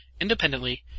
independently